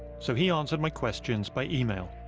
so he answered my questions by email.